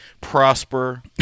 Prosper